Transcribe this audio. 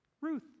Ruth